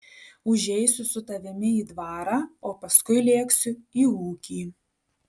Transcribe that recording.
užeisiu su tavimi į dvarą o paskui lėksiu į ūkį